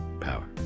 power